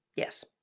Yes